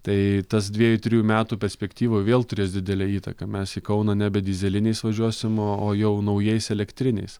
tai tas dviejų trijų metų perspektyvoj vėl turės didelę įtaką mes į kauną nebe dyzeliniais važiuosim o jau naujais elektriniais